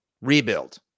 rebuild